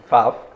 Five